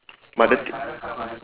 but the t~